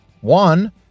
One